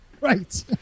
Right